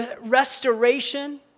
restoration